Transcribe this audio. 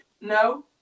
No